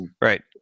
Right